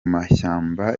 mashyamba